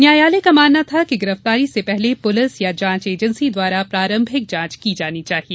न्यायालय का मानना था कि गिरफ्तारी से पहले पुलिस या जांच एजेंसी द्वारा प्रारंभिक जांच की जानी चाहिए